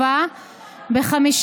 אני לא אאפשר את זה בכל פעם.